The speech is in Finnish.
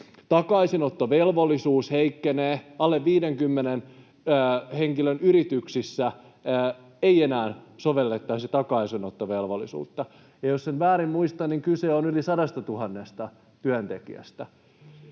Takaisinottovelvollisuus heikkenee. Alle 50 henkilön yrityksissä ei enää sovellettaisi takaisinottovelvollisuutta, ja jos en väärin muista, niin kyse on yli 100 000 työntekijästä.